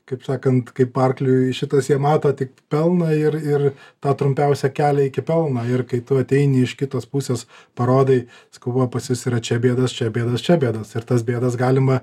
kaip sakant kaip arkliui šitas jie mato tik pelną ir ir tą trumpiausią kelią iki pelno ir kai tu ateini iš kitos pusės parodai sakau va pas jus yra čia bėdos čia bėdos čia bėdos ir tas bėdas galima